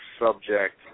subject